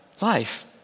life